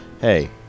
hey